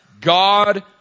God